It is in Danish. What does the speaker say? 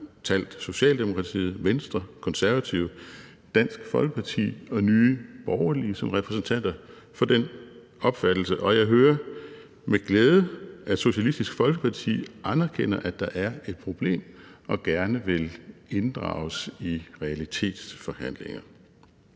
talt Socialdemokratiet, Venstre, Konservative, Dansk Folkeparti og Nye Borgerlige, som repræsentanter for den opfattelse, og jeg hører med glæde, at Socialistisk Folkeparti anerkender, at der er et problem, og gerne vil inddrages i realitetsforhandlinger.